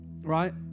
Right